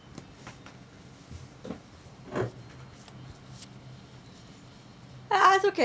ah it's okay